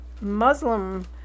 Muslim